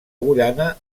guyana